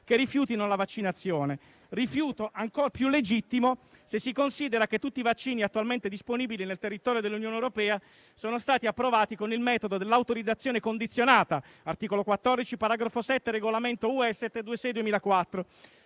che rifiutino la vaccinazione; rifiuto ancor più legittimo se si considera che tutti i vaccini attualmente disponibili nel territorio dell'Unione Europea sono stati approvati con il metodo dell'autorizzazione condizionata ( *Articolo 14 Paragrafo 7 del Regolamento UE 726/2004*),